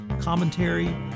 commentary